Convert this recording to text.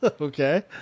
Okay